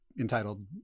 entitled